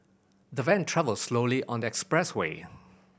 the van travelled slowly on the expressway